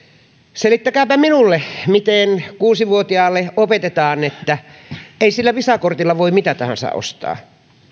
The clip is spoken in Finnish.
selittäkääpä minulle miten kuusivuotiaalle opetetaan että ei sillä visa kortilla voi mitä tahansa ostaa